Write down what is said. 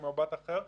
ממבט אחר.